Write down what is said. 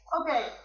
Okay